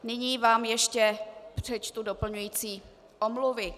Nyní vám ještě přečtu doplňující omluvy.